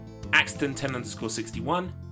Axton1061